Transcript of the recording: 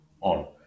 on